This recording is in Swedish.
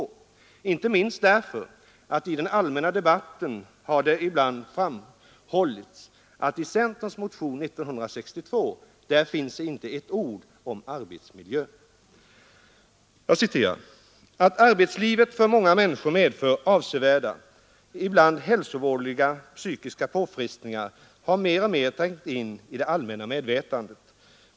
Jag gör det inte minst därför att det i den allmänna debatten ibland har framhållits att i denna centerns motion finns inte ett ord om arbetsmiljön. Jag citerar alltså: ”Att arbetslivet för många människor medför avsevärda, ibland hälsovådliga psykiska påfrestningar, har mer och mer trängt in i det allmänna medvetandet.